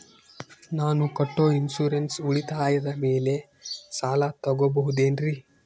ನಾನು ಕಟ್ಟೊ ಇನ್ಸೂರೆನ್ಸ್ ಉಳಿತಾಯದ ಮೇಲೆ ಸಾಲ ತಗೋಬಹುದೇನ್ರಿ?